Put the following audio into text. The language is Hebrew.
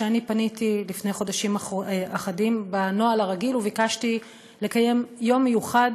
שאני פניתי לפני חודשים אחדים בנוהל הרגיל וביקשתי לקיים יום מיוחד